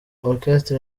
orchestre